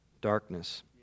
darkness